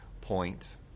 point